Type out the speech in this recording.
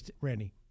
Randy